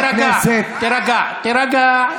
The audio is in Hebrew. תירגע,